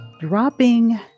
Dropping